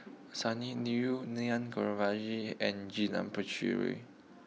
Sonny Liew Naa and Janil Puthucheary